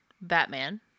Batman